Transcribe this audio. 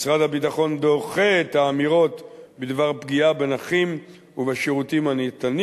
משרד הביטחון דוחה את האמירות בדבר פגיעה בנכים ובשירותים הניתנים